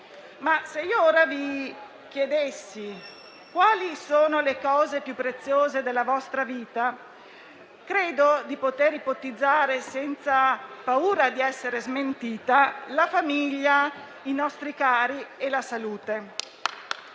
Ma se ora vi chiedessi quali sono le cose più preziose della vostra vita, credo di poter ipotizzare, senza paura di essere smentita: la famiglia, i nostri cari e la salute.